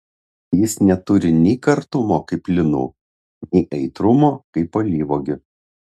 jis neturi nei kartumo kaip linų nei aitrumo kaip alyvuogių